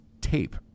tape